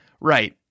Right